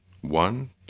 one